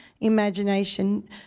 imagination